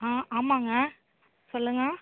ஆ ஆமாங்க சொல்லுங்க